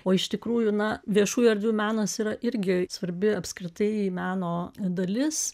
o iš tikrųjų na viešųjų erdvių menas yra irgi svarbi apskritai meno dalis